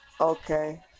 Okay